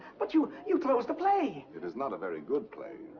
but you, you've closed the play! it is not a very good play.